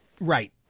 Right